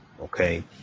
okay